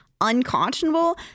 unconscionable